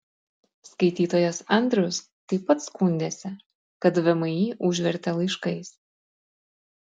skaitytojas andrius taip pat skundėsi kad vmi užvertė laiškais